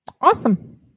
awesome